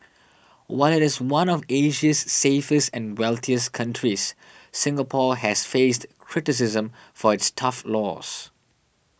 while it is one of Asia's safest and wealthiest countries Singapore has faced criticism for its tough laws